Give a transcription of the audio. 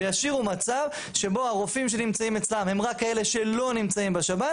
וישאירו מצב שבו הרופאים שנמצאים אצלם הם רק כאלה שלא נמצאים בשב"ן